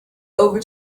over